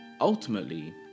Ultimately